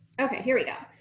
okay here we go.